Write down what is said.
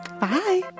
bye